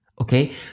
Okay